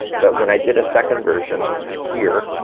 but when i did a second version here,